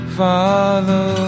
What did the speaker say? follow